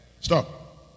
Stop